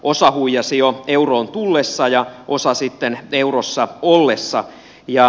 osa huijasi jo euroon tullessa ja osa sitten eurossa ollessaan